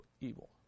evil